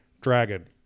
Dragon